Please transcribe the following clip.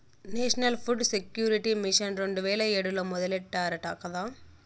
national food security mission రెండు వేల ఏడులో మొదలెట్టారట కదా